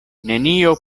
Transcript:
nenio